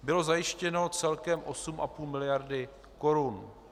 Bylo zajištěno celkem 8,5 miliardy korun.